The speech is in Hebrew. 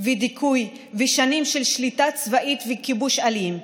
ודיכוי ושנים של שליטה צבאית וכיבוש אלים.